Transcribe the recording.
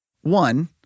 One